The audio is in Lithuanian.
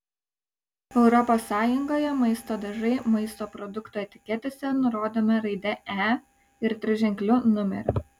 europos sąjungoje maisto dažai maisto produktų etiketėse nurodomi raide e ir triženkliu numeriu